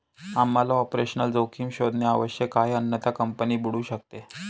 आम्हाला ऑपरेशनल जोखीम शोधणे आवश्यक आहे अन्यथा कंपनी बुडू शकते